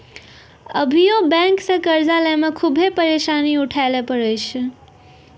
अभियो बेंक से कर्जा लेय मे खुभे परेसानी उठाय ले परै छै